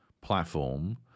platform